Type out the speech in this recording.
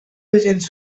agents